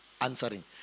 answering